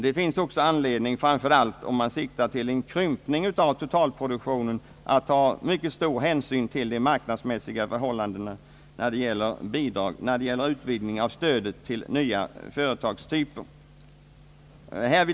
Det finns även anledning, framför allt om man siktar till en krympning av totalproduktionen, att ta mycket stor hänsyn till de marknadsmässiga förhållandena när det gäller utvidgning av stödet till nya företagstyper.